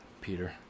Peter